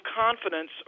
confidence